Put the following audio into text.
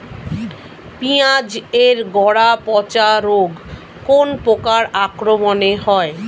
পিঁয়াজ এর গড়া পচা রোগ কোন পোকার আক্রমনে হয়?